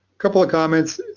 couple of comments.